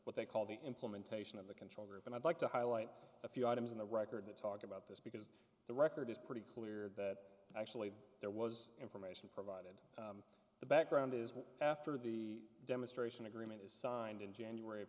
what they call the implementation of the control group and i'd like to highlight a few items in the record that talk about this because the record is pretty clear that actually there was information in the background is after the demonstration agreement is signed in january of